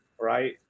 right